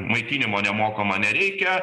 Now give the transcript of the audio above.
maitinimo nemokamo nereikia